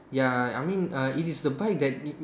ya I mean uh it is the bike that you